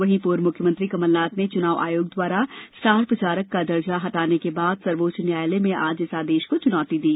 वहीं पूर्व मुख्यमंत्री कमलनाथ ने चुनाव आयोग द्वारा स्टार प्रचारक का दर्जा हटाने के बाद सर्वोच्च न्यायालय में आज इस आदेश को चुनौती दी